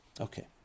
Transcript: Okay